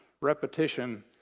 repetition